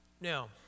Now